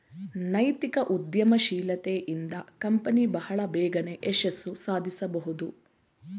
ನೈತಿಕ ಉದ್ಯಮಶೀಲತೆ ಇಂದ ಕಂಪನಿ ಬಹಳ ಬೇಗನೆ ಯಶಸ್ಸು ಸಾಧಿಸಬಹುದು